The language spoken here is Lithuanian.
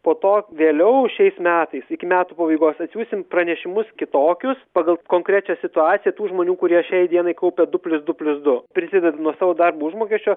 po to vėliau šiais metais iki metų pabaigos atsiųsim pranešimus kitokius pagal konkrečią situaciją tų žmonių kurie šiai dienai kaupia du plius du plius du prisideda nuo savo darbo užmokesčio